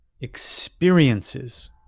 Experiences